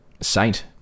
Saint